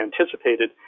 anticipated